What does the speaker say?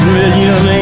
million